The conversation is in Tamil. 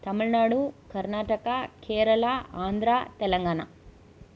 தமிழ்நாடு கர்நாடகா கேரளா ஆந்திரா தெலுங்கானா